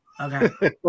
Okay